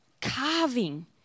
carving